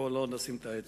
בואו לא נשים את האצבע.